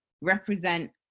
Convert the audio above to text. represent